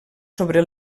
sobre